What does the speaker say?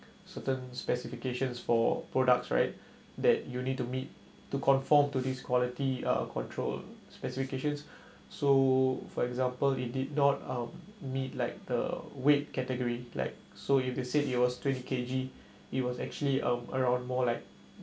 certain specifications for products right that you need to meet to conform to this quality uh control specifications so for example it did not meet like the weight category like so if they said it was twenty K_G it was actually um around more like